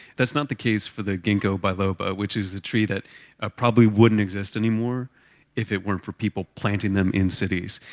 that's not the case for the ginkgo biloba, which is a tree that ah probably wouldn't exist anymore if it weren't for people planting them in cities.